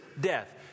death